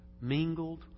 mingled